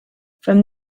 from